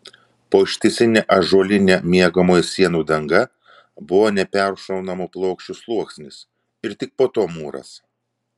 po ištisine ąžuoline miegamojo sienų danga buvo neperšaunamų plokščių sluoksnis ir tik po to mūras